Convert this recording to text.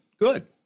good